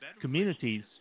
communities